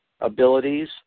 abilities